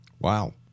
Wow